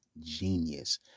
genius